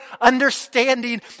understanding